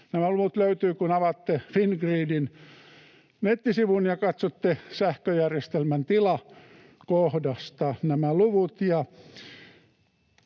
Nämä luvut löytyvät, kun avaatte Fingridin nettisivun ja katsotte sähköjärjestelmän tila ‑kohdasta nämä luvut.